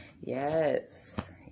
Yes